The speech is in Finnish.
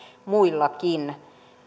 muillakin